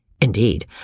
Indeed